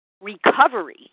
Recovery